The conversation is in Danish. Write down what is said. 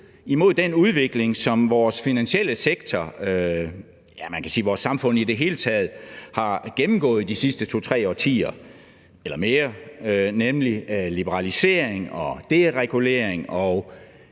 imod den udvikling, som vores finansielle sektor, ja, man kan sige vores samfund i det hele taget, har gennemgået i de sidste 2, 3 årtier eller mere, nemlig liberalisering og deregulering og